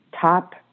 top